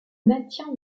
maintien